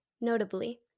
Notably